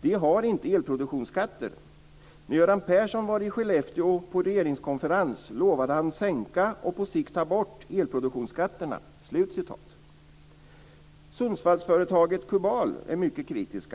De har inte elproduktionsskatter. När Göran Persson var i Skellefteå på regeringskonferens lovade han sänka och på sikt ta bort elproduktionsskatterna." På Sundsvallsföretaget Kubal är man mycket kritisk.